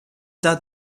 that